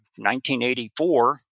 1984